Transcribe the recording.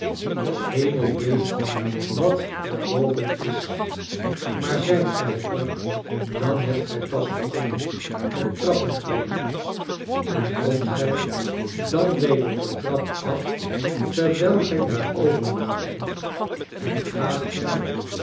de hemel weet wat daar boven is maar zijt gij er dan hebt gij pas begonnen met trappen klimmen en komt gij dan weder de trap af terwijl gij daarover nadenkt en gaat gij